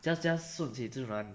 just just 顺其自然